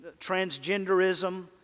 transgenderism